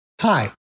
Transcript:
Hi